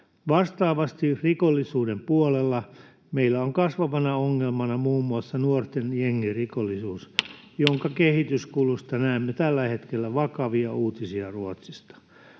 Vastaavasti rikollisuuden puolella meillä on kasvavana ongelmana muun muassa nuorten jengirikollisuus, jonka kehityskulusta näemme tällä hetkellä vakavia uutisia Ruotsista.